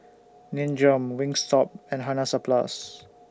Nin Jiom Wingstop and Hansaplast